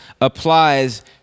applies